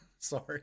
sorry